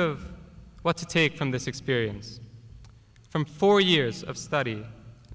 of what to take from this experience from four years of study